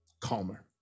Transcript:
calmer